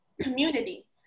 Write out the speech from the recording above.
community